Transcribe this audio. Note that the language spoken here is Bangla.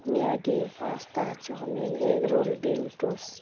Maggi pasta chowmein egg roll ডিম টোস্ট